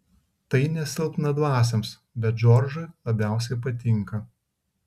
tai ne silpnadvasiams bet džordžui labiausiai patinka